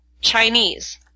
Chinese